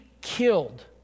killed